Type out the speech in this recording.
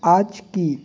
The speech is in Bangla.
আজ কী